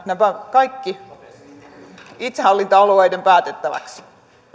nämä kaikki siirretään itsehallintoalueiden päätettäväksi